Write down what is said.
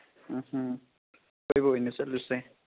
ꯎꯝ ꯎꯝ ꯀꯣꯏꯕ ꯑꯣꯏꯅ ꯆꯠꯂꯨꯁꯦ